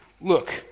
Look